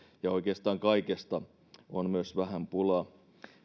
ja oikeastaan kaikesta on vähän pulaa